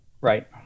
Right